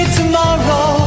tomorrow